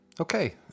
Okay